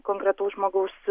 konkretaus žmogaus